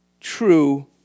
true